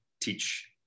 teach